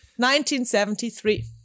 1973